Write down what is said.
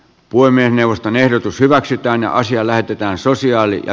puhemiesneuvoston ehdotus hyväksytään ja asia lähetetään sosiaali ja